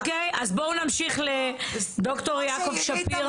אוקיי, אז בואו נמשיך לד"ר יעקב שפירא.